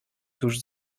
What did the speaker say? tuż